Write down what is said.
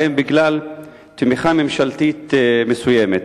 והן בגלל תמיכה ממשלתית מסוימת.